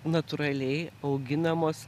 natūraliai auginamos